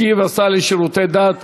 ישיב השר לשירותי דת